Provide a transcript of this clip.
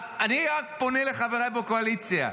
אני רק פונה לחבריי בקואליציה,